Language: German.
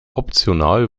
optional